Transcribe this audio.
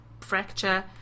fracture